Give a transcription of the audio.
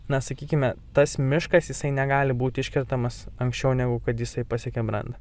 na sakykime tas miškas jisai negali būti iškertamas anksčiau negu kad jisai pasiekia brandą